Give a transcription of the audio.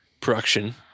production